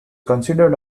considered